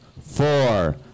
four